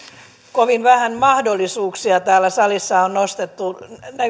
kovin vähän mahdollisuuksia täällä salissa on nostettu